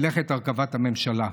מלאכת הרכבת הממשלה.